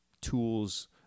tools